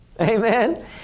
Amen